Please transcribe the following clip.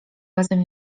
razem